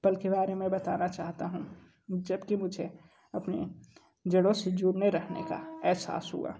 पल के बारे में बताना चाहता हूँ जब कि मुझे अपने जड़ों से जुड़े रहने का एहसास हुआ